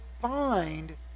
find